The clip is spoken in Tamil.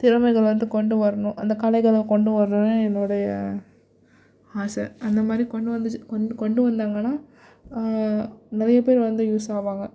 திறமைகள் வந்து கொண்டு வரணும் அந்த கலைகளை கொண்டு வரணும்னு என்னோடைய ஆசை அந்த மாதிரி கொண்டு வந்துச்சு கொண்டு கொண்டு வந்தாங்கன்னால் நிறைய பேர் வந்து யூஸ் ஆவாங்க